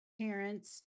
parents